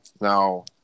Now –